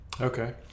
okay